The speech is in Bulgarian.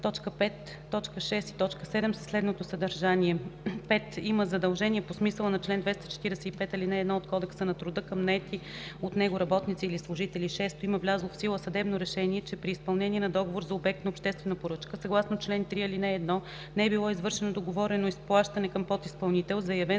т. 5, т. 6 и т. 7 със следното съдържание: „5. има задължения по смисъла на чл. 245, ал. 1 от Кодекса на труда към наети от него работници или служители; 6. има влязло в сила съдебно решение, че при изпълнение на договор за обект на обществена поръчка, съгласно чл. 3, ал. 1, не е било извършено договорено изплащане към подизпълнител, заявен